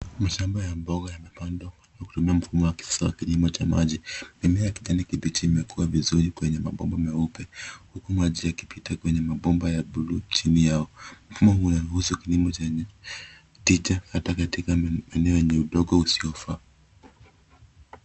Mashamba ya mboga yamepandwa kwa kutumia mfomu wa kisasa ya kilimo ya maji mimea ya kijani kibichi ime kiwa vizuri kwa mabomba meupe huku maji yakipita kwenye mabomba ya bluu chini yao. Mfomu huu una ruhusu kilimo chenye tita hata katika maeneo yenye udongo usio faa.